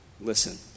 listen